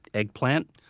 eggplant,